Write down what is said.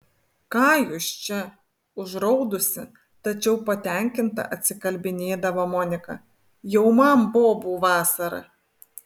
ką jūs čia užraudusi tačiau patenkinta atsikalbinėdavo monika jau man bobų vasara